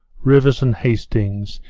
rivers and hastings,